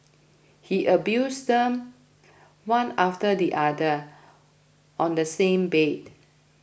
he abused them one after the other on the same bed